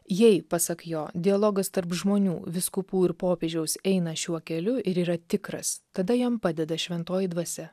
jei pasak jo dialogas tarp žmonių vyskupų ir popiežiaus eina šiuo keliu ir yra tikras tada jam padeda šventoji dvasia